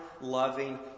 loving